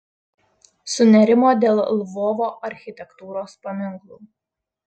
sunerimo dėl lvovo architektūros paminklų